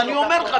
ואני אומר לך,